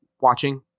Watching